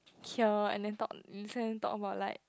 cure and then talk listen them talk about like